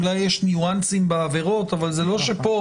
אולי יש ניואנסים בעבירות אבל זה לא שפה